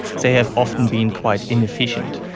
they have often been quite inefficient.